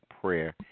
prayer